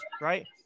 right